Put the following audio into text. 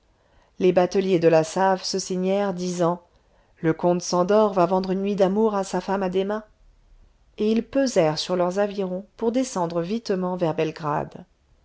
les bateliers du la save se signèrent disant le comte szandor va vendre une nuit d'amour à sa femme addhéma et ils pesèrent sur leurs avirons pour descendre vitement vers belgrade